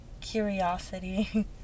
curiosity